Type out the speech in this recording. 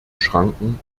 schranken